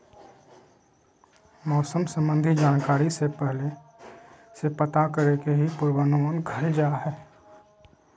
मौसम संबंधी जानकारी के पहले से पता करे के ही पूर्वानुमान कहल जा हय